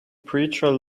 preacher